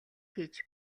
хийж